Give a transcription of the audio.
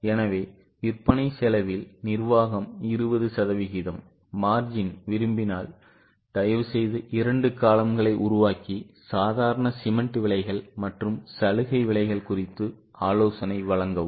எனவே விற்பனை செலவில் நிர்வாகம் 20 சதவிகிதம் margin விரும்பினால் தயவுசெய்து இரண்டு column களை உருவாக்கி சாதாரண சிமென்ட் விலைகள் மற்றும் சலுகை விலைகள் குறித்து ஆலோசனை வழங்கவும்